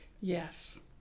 Yes